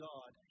God